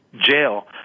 jail